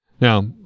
Now